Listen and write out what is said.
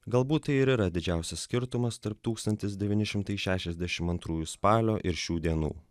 galbūt tai ir yra didžiausias skirtumas tarp tūkstantis devyni šimtai šešiasdešimt antrųjų spalio ir šių dienų